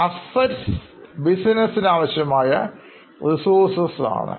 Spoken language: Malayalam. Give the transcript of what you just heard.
Assets ബിസിനസിന് ആവശ്യമായ resources ആണ്